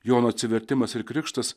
jono atsivertimas ir krikštas